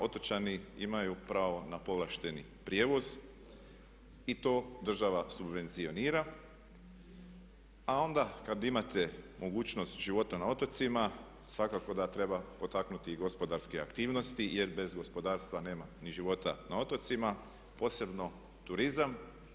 Otočani imaju pravo na povlašteni prijevoz i to država subvencionira a onda kad imate mogućnost života na otocima svakako da treba potaknuti i gospodarske aktivnosti jer bez gospodarstva nema ni života na otocima, posebno turizam.